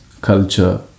culture